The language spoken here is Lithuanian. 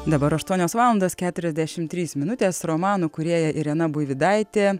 dabar aštuonios valandos keturiasdešim trys minutės romanų kūrėja irena buivydaitė